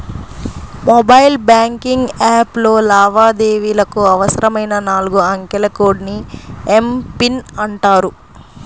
mobile banking యాప్లో లావాదేవీలకు అవసరమైన నాలుగు అంకెల కోడ్ ని ఎమ్.పిన్ అంటారు